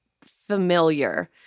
familiar